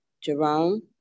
Jerome